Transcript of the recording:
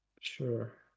Sure